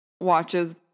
watches